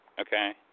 Okay